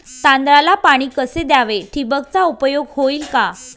तांदळाला पाणी कसे द्यावे? ठिबकचा उपयोग होईल का?